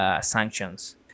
sanctions